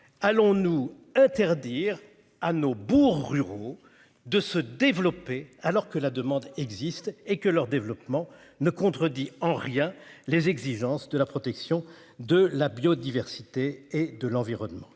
Allons-nous interdire à nos bourgs ruraux de se développer, alors que la demande existe et que leur développement ne contredit en rien les exigences de la protection de la biodiversité et de l'environnement